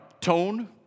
tone